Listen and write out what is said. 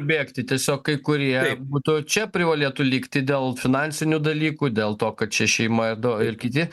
bėgti tiesiog kai kurie būtų čia privalėtų likti dėl finansinių dalykų dėl to kad čia šeimoje du ir kiti